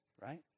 right